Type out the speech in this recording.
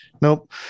Nope